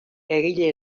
egile